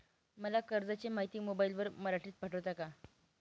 मला कर्जाची माहिती मोबाईलवर मराठीत पाठवता का?